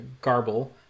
garble